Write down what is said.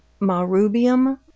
Marubium